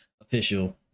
official